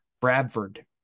Bradford